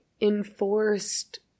enforced